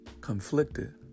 conflicted